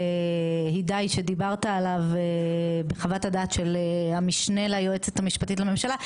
הידי שדיברת עליו בחוות הדעת של המשנה ליועצת המשפטית לממשלה,